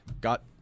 got